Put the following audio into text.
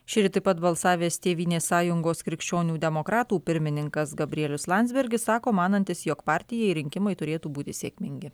šįryt taip pat balsavęs tėvynės sąjungos krikščionių demokratų pirmininkas gabrielius landsbergis sako manantis jog partijai rinkimai turėtų būti sėkmingi